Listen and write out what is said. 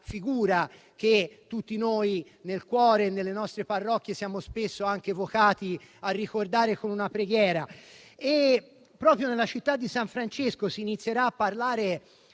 figura che tutti noi, nei nostri cuori e nelle nostre parrocchie, siamo spesso vocati a ricordare con una preghiera. Proprio nella città di san Francesco si inizierà a parlare